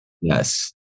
Yes